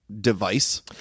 device